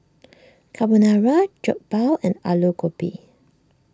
Carbonara Jokbal and Alu Gobi